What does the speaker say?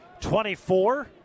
24